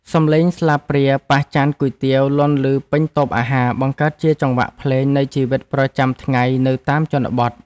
សម្លេងស្លាបព្រាប៉ះចានគុយទាវលាន់ឮពេញតូបអាហារបង្កើតជាចង្វាក់ភ្លេងនៃជីវិតប្រចាំថ្ងៃនៅតាមជនបទ។